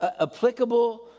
applicable